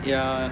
ya